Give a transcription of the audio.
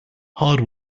hard